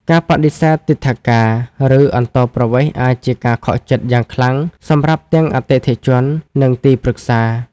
ការបដិសេធទិដ្ឋាការ ឬអន្តោប្រវេសន៍អាចជាការខកចិត្តយ៉ាងខ្លាំងសម្រាប់ទាំងអតិថិជន និងទីប្រឹក្សា។